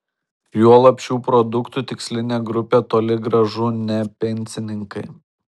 juolab šių produktų tikslinė grupė toli gražu ne pensininkai